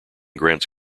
grants